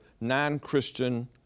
non-Christian